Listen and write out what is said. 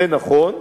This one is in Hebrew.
זה נכון,